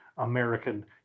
American